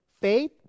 faith